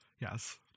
Yes